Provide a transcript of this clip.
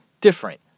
Different